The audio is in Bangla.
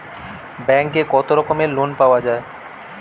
ব্যাঙ্কে কত রকমের লোন পাওয়া য়ায়?